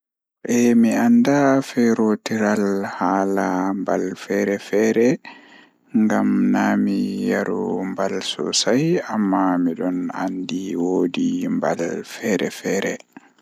Ko ɗum ɗi woodi waawugol waɗde, kono ɗum ɗuum faamataa no waɗata hakkunde njararɗe e ɗuum waɗal ɗum. Aɗa ɗoɗi ngam sembe ɓe weltaari e maɓɓe waɗi waɗitde koɗɗinɗe waɗataa ko waɗude gonɗal neɗɗo. Konngol ɓe waɗata heɓde semmbugol waɗi kadi laaɓtoode njikkitaaɗe, kono waɗal ɓe ɗi heɓanaa njogorde ɗe waɗitde ɗum waɗaa heɓde.